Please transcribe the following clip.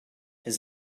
his